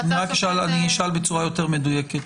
אולי אני אשאל בצורה יותר מדויקת.